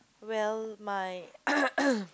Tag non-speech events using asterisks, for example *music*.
well my *noise*